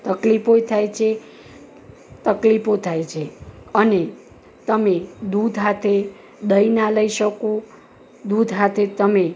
તકલીફો એ થાય છે તકલીફો થાય છે અને તમે દૂધ સાથે દહીં ના લઈ શકો દૂધ સાથે તમે